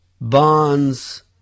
bonds